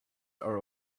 are